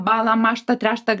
bąla mąžta tręšta